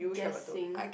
guessing